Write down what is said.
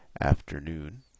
Afternoon